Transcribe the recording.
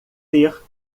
ter